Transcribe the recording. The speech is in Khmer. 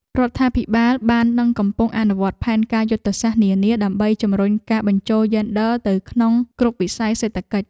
រដ្ឋាភិបាលបាននិងកំពុងអនុវត្តផែនការយុទ្ធសាស្ត្រនានា ដើម្បីជំរុញការបញ្ចូលយេនឌ័រទៅក្នុងគ្រប់វិស័យសេដ្ឋកិច្ច។